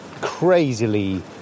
crazily